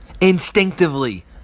Instinctively